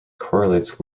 correlates